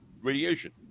radiation